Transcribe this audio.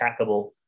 attackable